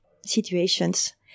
situations